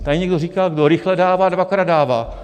Tady někdo říkal, kdo rychle dává, dvakrát dává.